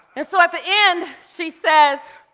and so at the end, she says,